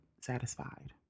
satisfied